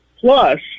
Plus